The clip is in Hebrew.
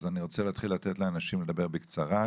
אני רוצה להתחיל לתת לאנשים לדבר בקצרה,